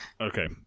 Okay